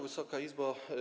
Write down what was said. Wysoka Izbo!